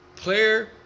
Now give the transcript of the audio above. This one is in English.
Player